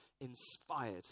inspired